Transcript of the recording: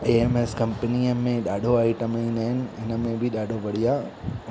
ए M S कंपनीअन में ॾाढो आइटम ईंदा आहिनि इन में बि ॾाढो बढ़िया